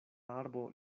arbo